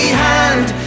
hand